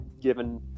given